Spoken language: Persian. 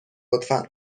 لطفا